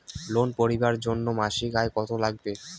Loan পাবার জন্যে মাসিক আয় কতো লাগবে?